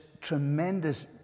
tremendous